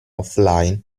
offline